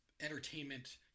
entertainment